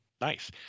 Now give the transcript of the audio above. Nice